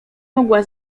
mogła